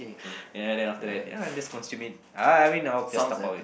ya then after ya I'm just consume it uh I mean I will just dabao it